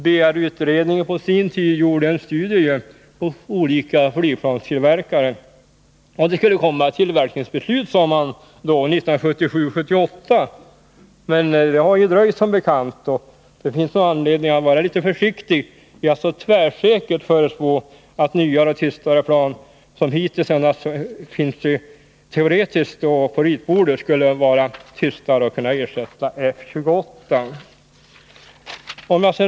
BRU-utredningen gjorde på sin tid en studie hos olika flygplanstillverkare, och det skulle komma tillverkningsbeslut, sade man, 1977/78. Det har som bekant dröjt. Det finns nog anledning att vara litet försiktig och inte så tvärsäkert förutspå att nya, tystare plan, som hittills endast finns teoretiskt och på ritbordet, skulle kunna ersätta F 28.